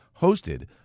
hosted